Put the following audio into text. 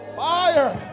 fire